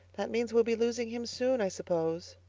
that means we'll be losing him soon, i suppose.